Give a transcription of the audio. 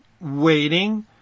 waiting